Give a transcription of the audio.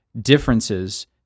differences